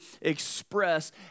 express